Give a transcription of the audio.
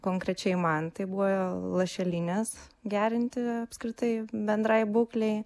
konkrečiai man tai buvo lašelinės gerinti apskritai bendrai būklei